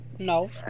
No